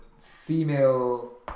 female